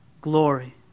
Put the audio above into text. glory